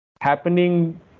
happening